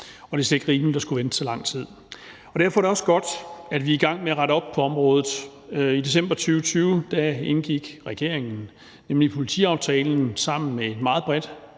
Det er slet ikke rimeligt at skulle vente så lang tid. Derfor er det også godt, at vi er i gang med at rette op på området. I december 2020 indgik regeringen nemlig politiaftalen sammen med et meget bredt